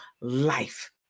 life